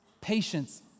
patience